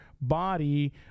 body